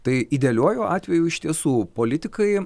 tai idealiuoju atveju iš tiesų politikai